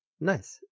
Nice